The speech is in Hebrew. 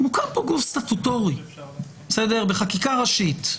מוקם כאן גוף סטטוטורי בחקיקה ראשית.